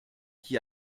qui